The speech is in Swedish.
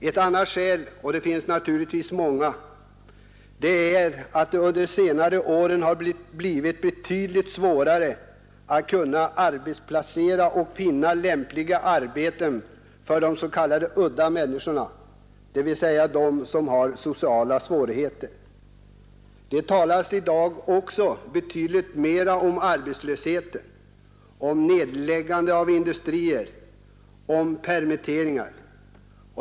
Ett annat skäl — det finns naturligtvis många — är att det under senare år blivit betydligt svårare att finna lämpliga arbeten för de s.k. udda människorna, dvs. de som har sociala svårigheter. Det talas i dag också betydligt mera om arbetslöshet, om nedläggande av industrier och om permitteringar.